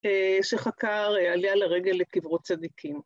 שחקר עליה לרגל לקברות צדיקים.